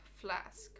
flask